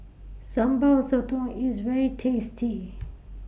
Sambal Sotong IS very tasty